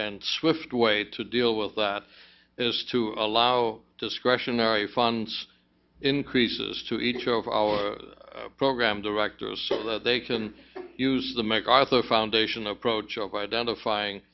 and swift way to deal with that is to allow discretionary funds increases to each of our program directors so that they can use the macarthur foundation approach of identifying